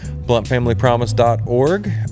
Bluntfamilypromise.org